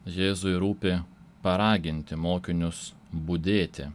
jėzui rūpi paraginti mokinius budėti